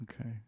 Okay